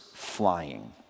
Flying